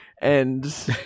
and-